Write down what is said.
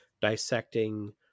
dissecting